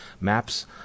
maps